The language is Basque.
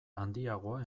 handiagoa